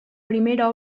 primera